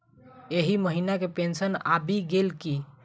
एहि महीना केँ पेंशन आबि गेल की